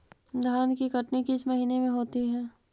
धान की कटनी किस महीने में होती है?